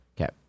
Okay